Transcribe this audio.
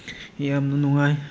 ꯌꯥꯝꯅ ꯅꯨꯡꯉꯥꯏ